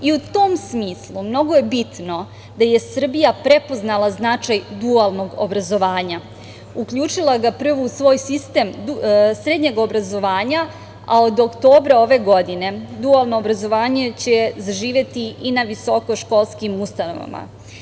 U tom smislu mnogo je bitno da je Srbija prepoznala značaj dualnog obrazovanja, uključila ga prvo u svoj sistem srednjeg obrazovanja, a od oktobra ove godine dualno obrazovanje će zaživeti i na visokoškolskim ustanovama.